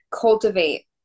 cultivate